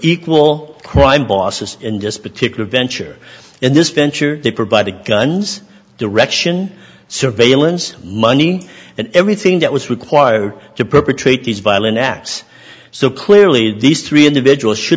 equal crime bosses in this particular venture in this venture they provided guns direction surveillance money and everything that was required to perpetrate these violent acts so clearly these three individuals should